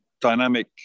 dynamic